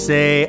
Say